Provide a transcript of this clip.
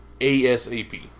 ASAP